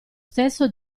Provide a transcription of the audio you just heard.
stesso